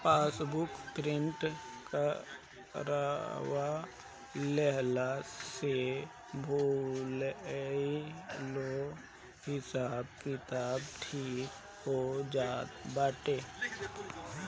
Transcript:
passbook print करवा लेहला से भूलाइलो हिसाब किताब ठीक हो जात बाटे